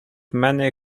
many